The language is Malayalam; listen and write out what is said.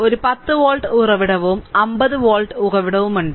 ഒരു 10 വോൾട്ട് ഉറവിടവും 50 വോൾട്ട് ഉറവിടവുമുണ്ട്